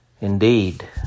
Indeed